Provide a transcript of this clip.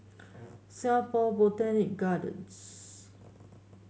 Singapore Botanic Gardens